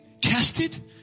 tested